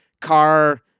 car